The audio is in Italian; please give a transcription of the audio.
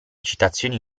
citazioni